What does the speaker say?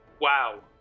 Wow